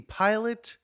pilot